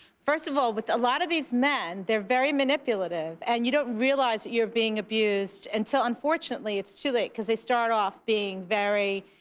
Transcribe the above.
first of all, with a lot of these men, they're very manipulative. and you don't realize you're being abused until unfortunately it's too late cause they start off being very,